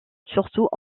surtout